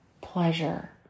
pleasure